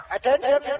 Attention